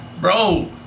bro